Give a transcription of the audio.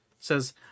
says